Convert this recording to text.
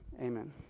Amen